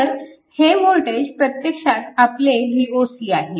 तर हे वोल्टेज प्रत्यक्षात आपले Voc आहे